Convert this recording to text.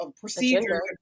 procedure